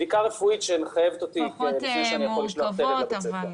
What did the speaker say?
בדיקה רפואית שמחייבת אותי לפני שאני שולח את הילד שלי לבית הספר.